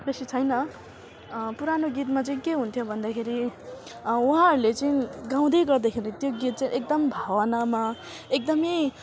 बेसी छैन पुरानो गीतमा चाहिँ के हुन्थ्यो भन्दाखेरि उहाँहरूले चाहिँ गाउँदै गर्दाखेरि त्यो गीत चै एकदम भावनामा एकदमै